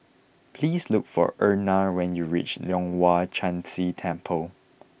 please look for Erna when you reach Leong Hwa Chan Si Temple